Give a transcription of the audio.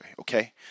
okay